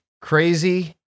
Crazy